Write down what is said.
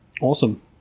Awesome